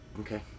okay